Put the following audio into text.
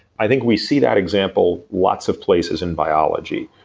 i think we see that example lots of places in biology.